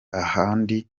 ahandi